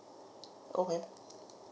okay